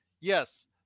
Yes